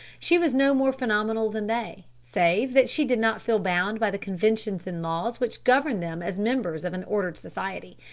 she was no more phenomenal than they, save that she did not feel bound by the conventions and laws which govern them as members of an ordered society.